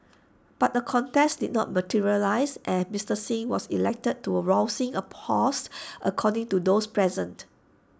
but A contest did not materialise and Mister Singh was elected to rousing applause according to those present